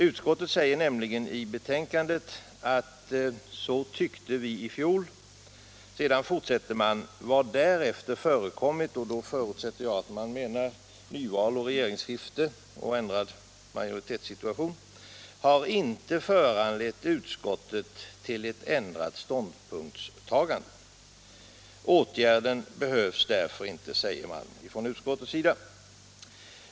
Utskottet redogör nämligen i betänkandet för vad utskottet tyckte i fjol, och sedan fortsätter man: ”Vad därefter förekommit” — då förutsätter jag att man menar nyval, regeringsskifte och ändrad majoritetssituation — ”har inte föranlett utskottet till ett ändrat ståndpunktstagande.” Den föreslagna åtgärden behövs därför inte, säger utskottet.